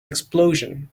explosion